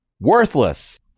WORTHLESS